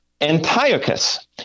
Antiochus